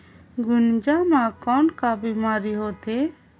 गुनजा मा कौन का बीमारी होथे?